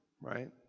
right